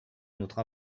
notre